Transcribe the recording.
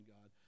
God